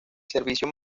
servicio